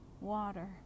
water